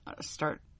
start